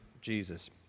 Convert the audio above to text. Jesus